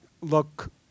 look